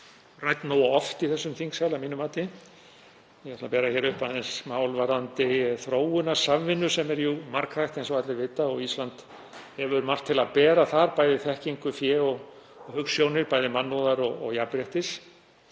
rædd nógu oft í þessum þingsal að mínu mati. Ég ætla að bera upp mál varðandi þróunarsamvinnu sem er jú margþætt eins og allir vita og Ísland hefur margt til að bera þar, þekkingu, fé og hugsjónir, bæði mannúðar og jafnréttis.